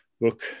book